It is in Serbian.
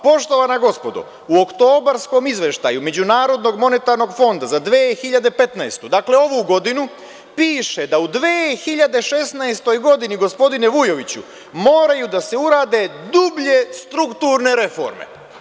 Poštovana gospodo, u oktobarskom izveštaju MMF-a za 2015, dakle ovu godinu, piše da u 2016. godini, gospodine Vujoviću, moraju da se urade dublje strukturne reforme.